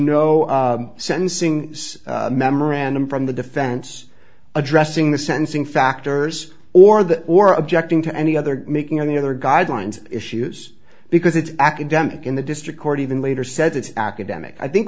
no sentencing memorandum from the defense addressing the sentencing factors or that or objecting to any other making on the other guidelines issues because it's academic in the district court even later said it's academic i think